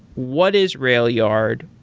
what is railyard?